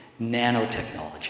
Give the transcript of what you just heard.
nanotechnology